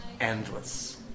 endless